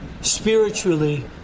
spiritually